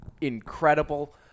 incredible